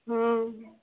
हँ